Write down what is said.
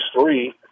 three